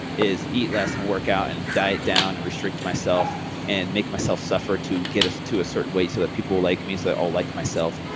is eat less and workout and diet down and restrict myself and make myself suffer to get to a certain weight so that people will like me so that i'll like myself.